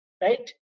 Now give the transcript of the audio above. Right